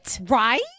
Right